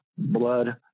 blood